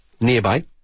Nearby